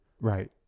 Right